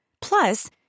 Plus